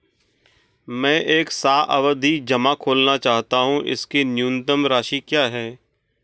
मैं एक सावधि जमा खोलना चाहता हूं इसकी न्यूनतम राशि क्या है?